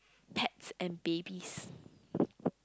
pets and babies